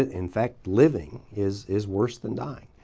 ah in fact, living is is worse than dying.